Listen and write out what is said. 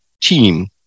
team